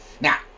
Now